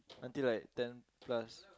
until like ten plus